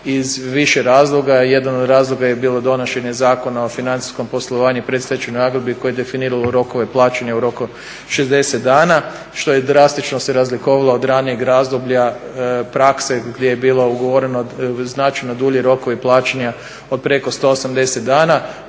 iz više razloga. Jedan od razloga je bilo donošenje Zakona o financijskom poslovanju i predstečajnoj nagodbi koji je definiralo rokove plaćanja u roku od 60 dana što je drastično se razlikovalo od ranijeg razdoblja prakse gdje je bilo ugovoreno značajno dulji rokovi plaćanja od preko 180 dana